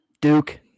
Duke